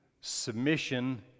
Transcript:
submission